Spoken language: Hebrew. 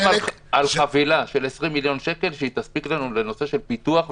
על חבילה של 20 מיליון שקלים שתספיק לנו לנושא של פיתוח.